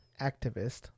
activist